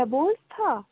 ژےٚ بوٗزتھا